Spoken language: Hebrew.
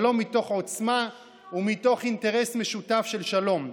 שלום מתוך עוצמה ומתוך אינטרס משותף של שלום.